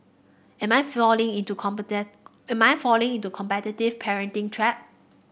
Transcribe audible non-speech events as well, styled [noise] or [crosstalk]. am I falling into [unintelligible] am I falling into the competitive parenting trap